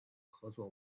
合作